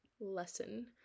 lesson